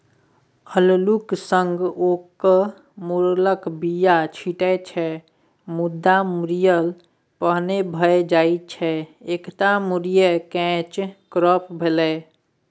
अल्लुक संग लोक मुरयक बीया छीटै छै मुदा मुरय पहिने भए जाइ छै एतय मुरय कैच क्रॉप भेलै